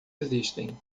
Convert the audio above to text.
existem